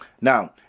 Now